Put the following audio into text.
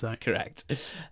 Correct